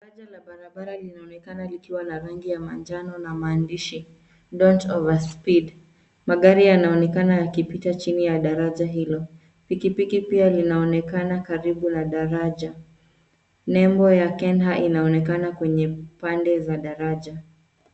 Daraja la barabara la magari linaonekana likiwa na rangi ya manjano na maandishi don't over speed . Magari yanaonekana yakipita chini ya daraja hilo. Pikipiki pia linaonekana karibu na daraja. Nembo ya Kenha inaonekana kwenye pande za daraja.